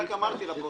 רק אמרתי לפרוטוקול.